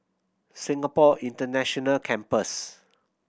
Singapore International Campus